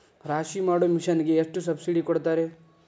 ರಾಶಿ ಮಾಡು ಮಿಷನ್ ಗೆ ಎಷ್ಟು ಸಬ್ಸಿಡಿ ಕೊಡ್ತಾರೆ?